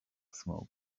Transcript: smoke